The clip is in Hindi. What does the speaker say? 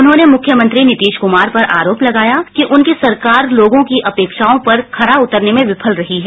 उन्होंने मुख्यमंत्री नितीश कुमार पर आरोप लगाया कि उनकी सरकार लोगों की अपेक्षाओं पर खरा उतरने में विफल रही है